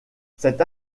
cette